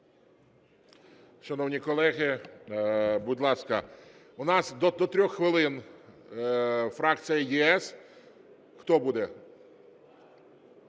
Шановні колеги, будь ласка, у нас до трьох хвилин фракція "ЄС". Хто буде?